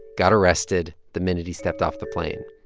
got arrested the minute he stepped off the plane.